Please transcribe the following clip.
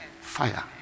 Fire